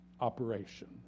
operation